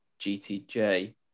GTJ